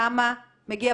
כמה מגיע?